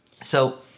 So-